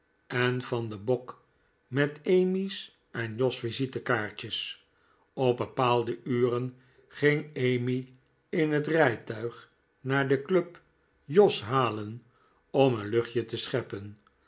en van den bok met emmy's en jos visitekaartjes op bepaalde uren ging emmy in het rijtuig naar de club jos halen om een luchtje te scheppen